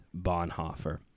Bonhoeffer